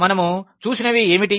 మనం చూసినవి ఏమిటి